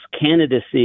candidacy